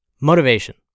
Motivation